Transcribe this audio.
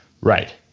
Right